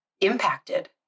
impacted